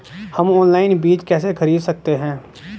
हम ऑनलाइन बीज कैसे खरीद सकते हैं?